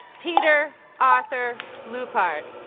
peter arthur lugthart